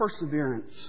perseverance